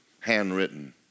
handwritten